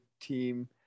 team